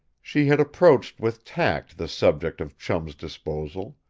she had approached with tact the subject of chum's disposal.